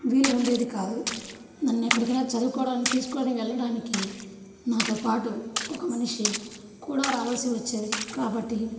వీలు ఉండేది కాదు నన్ను ఎక్కడికైనా చదువుకోవడానికి తీసుకుని వెళ్ళడానికి నాతో పాటు ఒక మనిషి కూడా రావాల్సి వచ్చేది కాబట్టి